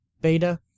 beta